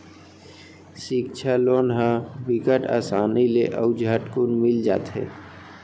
सिक्छा लोन ह बिकट असानी ले अउ झटकुन मिल जाथे